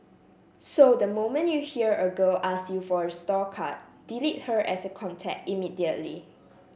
so the moment you hear a girl ask you for a store card delete her as a contact immediately